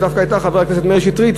זה דווקא היה חבר הכנסת מאיר שטרית,